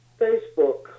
Facebook